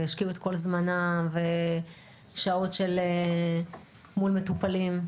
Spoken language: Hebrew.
וישקיעו את כל זמנם, שעות מול מטופלים?